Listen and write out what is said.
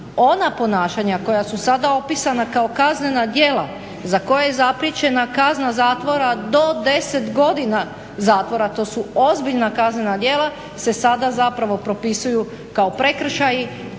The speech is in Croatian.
ona ponašanja koja su sada opisana kao kaznena djela za koje je zapriječena kazna zatvora do 10 godina zatvora. To su ozbiljna kaznena djela se sada zapravo propisuju kao prekršaji